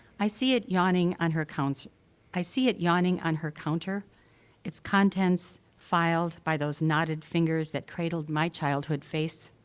i see it yawning on her counc i see it yawning on her counter its contents filed by those knotted fingers that cradled my childhood face.